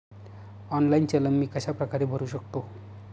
Online चलन मी कशाप्रकारे भरु शकतो?